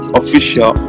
official